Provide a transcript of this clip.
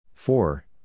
Four